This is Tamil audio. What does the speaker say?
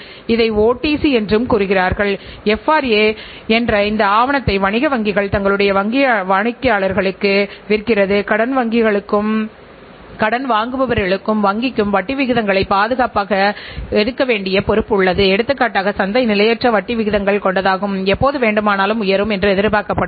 அவர்களுக்கு சப்ளையரின் முக்கியத்துவம் என்ன முதலீட்டாளர்களின் முக்கியத்துவம் என்ன அரசு துறையின் முக்கியத்துவம் என்ன என்கின்ற அடிப்படையில் சட்டத்துக்குட்பட்ட ஒழுக்கமான பொறுப்பாக நிர்வகிக்கக்கூடிய நிறுவனங்களாக திகழ்கின்றன